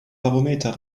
barometer